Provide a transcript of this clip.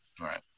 Right